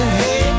hey